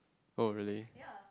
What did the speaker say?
oh really